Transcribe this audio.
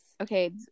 Okay